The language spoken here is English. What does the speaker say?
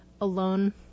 alone